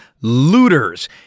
Looters